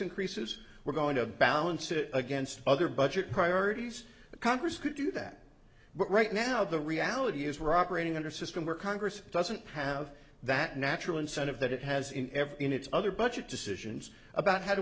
increases we're going to balance it against other budget priorities the congress could do that but right now the reality is we're operating under system where congress doesn't have that natural incentive that it has in ever in its other budget decisions about how t